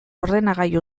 ordenagailu